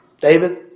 David